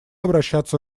обращаться